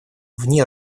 вне